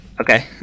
Okay